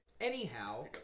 Anyhow